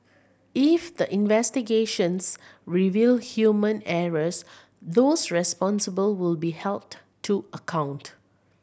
if the investigations reveal human errors those responsible will be held to account